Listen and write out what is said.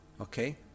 Okay